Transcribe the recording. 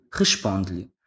responde-lhe